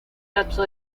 lapso